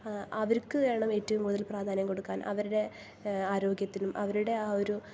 അവർക്കു വേണം ഏറ്റവും കൂടുതൽ പ്രാധാന്യം കൊടുക്കാൻ അവരുടെ ആരോഗ്യത്തിനും അവരുടെ ആ ഒരു